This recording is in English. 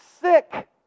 sick